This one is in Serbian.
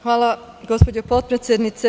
Hvala, gospođo potpredsednice.